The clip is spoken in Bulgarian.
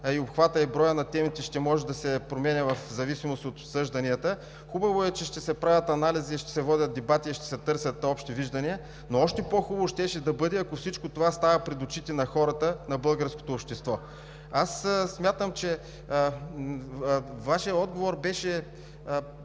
и обхватът и броят на темите ще може да се променя в зависимост от обсъжданията, хубаво е, че ще се правят анализи, ще се водят дебати и ще се търсят общи виждания, но още по-хубаво щеше да бъде, ако всичко това става пред очите на хората, на българското общество. Смятам, че Вашият отговор беше